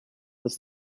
with